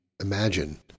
imagine